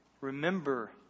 Remember